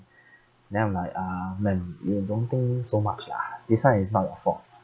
then I'm like ah ma'am you don't think so much lah this [one] is not your fault